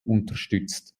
unterstützt